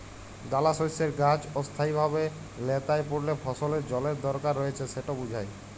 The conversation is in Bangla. দালাশস্যের গাহাচ অস্থায়ীভাবে ল্যাঁতাই পড়লে ফসলের জলের দরকার রঁয়েছে সেট বুঝায়